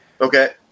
Okay